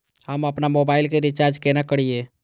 हम आपन मोबाइल के रिचार्ज केना करिए?